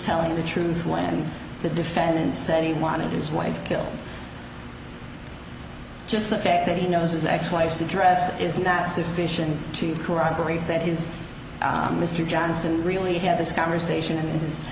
telling the truth when the defendant said he wanted his wife killed just the fact that he knows his ex wife's address is not sufficient to corroborate that his mr johnson really had this conversation and this